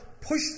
push